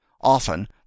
Often